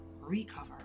recover